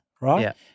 right